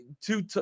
two